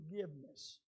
forgiveness